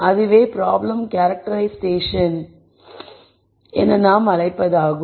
அதுவே problem characterisation என நாம் அழைப்பதாகும்